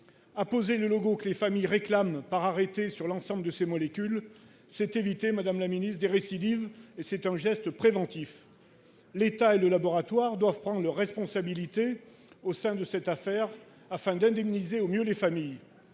arrêté, le logo que les familles réclament sur l'ensemble de ces molécules permet d'éviter des récidives. C'est un geste préventif ! L'État et le laboratoire doivent prendre leurs responsabilités au sein de cette affaire, afin d'indemniser au mieux les familles.